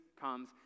comes